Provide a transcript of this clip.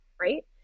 right